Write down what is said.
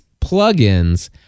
plugins